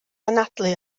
anadlu